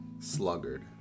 Sluggard